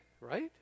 Right